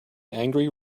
angry